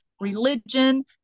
religion